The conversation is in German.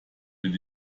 will